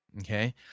Okay